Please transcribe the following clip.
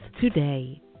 today